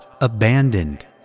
abandoned